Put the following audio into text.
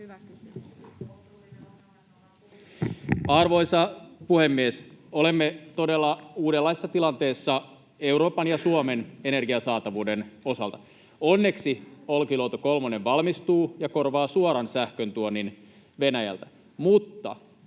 Arvoisa puhemies! Olemme todella uudenlaisessa tilanteessa Euroopan ja Suomen energiasaatavuuden osalta. Onneksi Olkiluoto kolmonen valmistuu ja korvaa suoran sähköntuonnin Venäjältä. Mutta